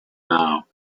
now